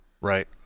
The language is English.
Right